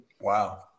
Wow